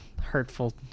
hurtful